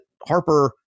Harper